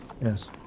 Yes